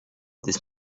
this